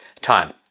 time